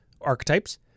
archetypes